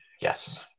Yes